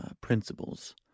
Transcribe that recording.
principles